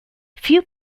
few